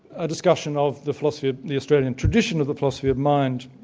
a discussion of the philosophy of the australian tradition of the philosophy of mind,